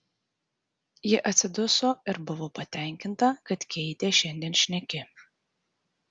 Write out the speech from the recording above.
ji atsiduso ir buvo patenkinta kad keitė šiandien šneki